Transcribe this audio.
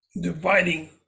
dividing